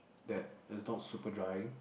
that is not super drying